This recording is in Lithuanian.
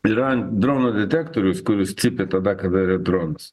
yra dronų detektorius kuris cypia tada kada dronas